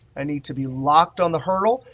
i need to be locked on the hurdle.